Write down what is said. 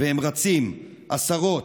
והם רצים, עשרות,